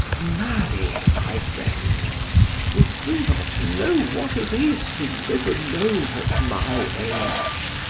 marry, my friend you do not know what it is to live alone at my age.